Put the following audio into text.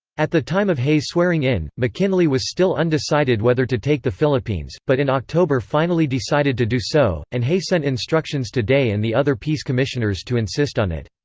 at the time of hay's swearing-in, mckinley was still undecided whether to take the philippines, but in october finally decided to do so, and hay sent instructions to day and the other peace commissioners to insist on it.